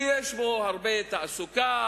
שיש בו הרבה תעסוקה,